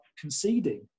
conceding